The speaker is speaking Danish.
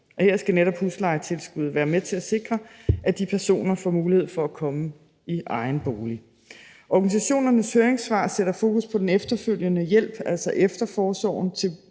Her skal netop huslejetilskuddet være med til at sikre, at de personer får mulighed for at komme i egen bolig. Organisationernes høringssvar sætter fokus på den efterfølgende hjælp, altså efterforsorgen, til